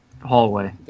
hallway